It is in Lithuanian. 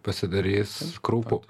pasidarys kraupu